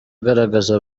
agaragaza